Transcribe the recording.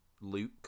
Luke